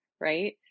right